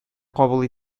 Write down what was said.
кабул